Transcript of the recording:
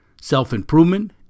self-improvement